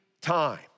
time